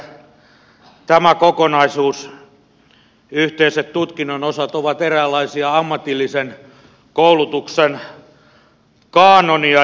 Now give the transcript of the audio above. ymmärrän että tämä kokonaisuus yhteiset tutkinnon osat ovat eräänlaista ammatillisen koulutuksen kaanonia